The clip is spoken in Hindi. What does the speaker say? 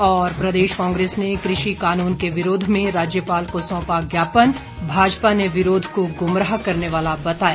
और प्रदेश कांग्रेस ने कृषि कानून के विरोध में राज्यपाल को सौंपा ज्ञापन भाजपा ने विरोध को गुमराह करने वाला बताया